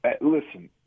listen